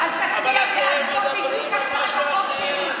אבל אתם מדברים על משהו אחר.